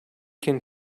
can